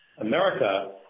America